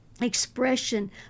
Expression